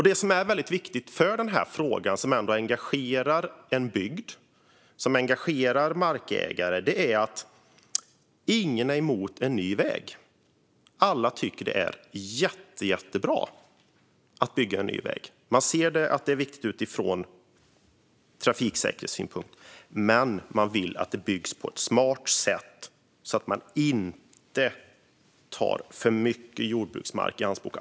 Det som är väldigt viktigt i den här frågan och som engagerar en bygd och markägare är att ingen är emot en ny väg. Alla tycker att det är jättebra att bygga en ny väg. Alla ser att det är viktigt utifrån trafiksäkerhetssynpunkt. Men man vill att det byggs på ett smart sätt så att inte för mycket jordbruksmark tas i anspråk.